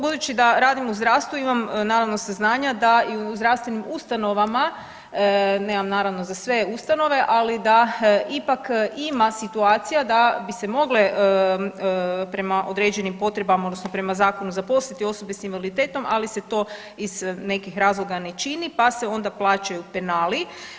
Budući da radim u zdravstvu imam naravno saznanja da i u zdravstvenim ustanovama, nemam naravno za sve ustanove, ali da ipak ima situacija da bi se mogle prema određenim potrebama odnosno prema zakonu zaposliti osobe s invaliditetom, ali se to iz nekih razloga ne čini pa se onda plaćaju penali.